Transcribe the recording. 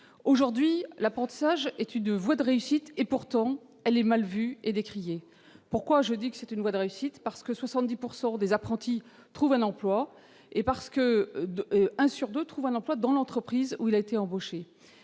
aujourd'hui, l'apprentissage, études de voies de réussite et pourtant elle est mal vu et décrié pourquoi je dis que c'est une voie de réussite parce que 70 pourcent des des apprentis trouvent un emploi et parce que de un sur 2 trouve un emploi dans l'entreprise où il a été embauché,